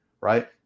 right